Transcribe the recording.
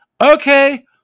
okay